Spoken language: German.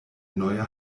neue